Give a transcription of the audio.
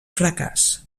fracàs